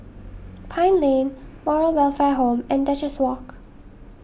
Pine Lane Moral Welfare Home and Duchess Walk